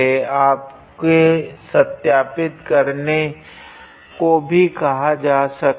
आपके सत्यापित करने को भी कहा जा सकता है